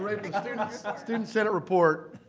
student senate report.